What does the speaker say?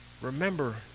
Remember